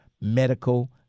medical